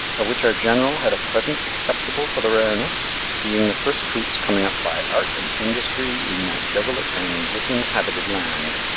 of which our generall had a present acceptable for the rarenesse, being the first fruits coming up by art and industrie in that desolate and dishabited land.